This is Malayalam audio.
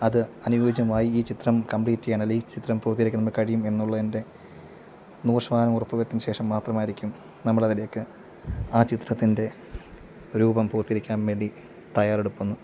അത് അനുയോജ്യമായി ഈ ചിത്രം കംപ്ലീറ്റ് ചെയ്യാൻ അല്ലെങ്കിൽ ഈ ചിത്രം പൂർത്തീകരിക്കാൻ നമുക്ക് കഴിയും എന്നുള്ളതിൻ്റെ നൂറ് ശതമാനം ഉറപ്പുവരുത്തിയതിന് ശേഷം മാത്രമായിരിക്കും നമ്മൾ അതിലേക്ക് ആ ചിത്രത്തിൻ്റെ രൂപം പൂർത്തീകരിക്കാൻ വേണ്ടി തയ്യാറെടുക്കുന്നു